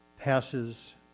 passes